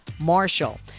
marshall